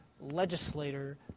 legislator